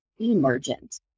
emergent